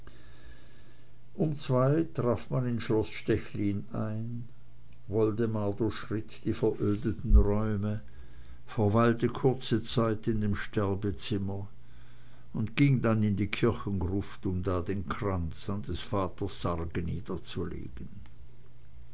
um zwei traf man in schloß stechlin ein woldemar durchschritt die verödeten räume verweilte kurze zeit in dem sterbezimmer und ging dann in die kirchengruft um da den kranz an des vaters sarge niederzulegen